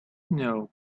know